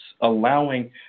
allowing